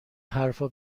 حرفا